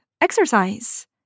exercise